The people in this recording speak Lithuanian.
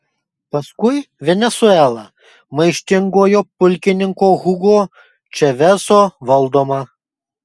paskui venesuela maištingojo pulkininko hugo čaveso valdoma